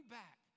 back